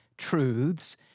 truths